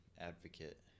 Advocate